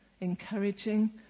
encouraging